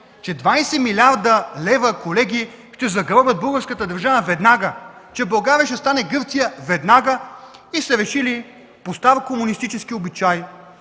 че 20 млрд. лв. ще загробят българската държава веднага, че България ще стане Гърция веднага. И са решили по стар комунистически обичай